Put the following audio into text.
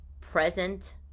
present